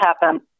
happen